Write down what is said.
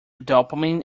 dopamine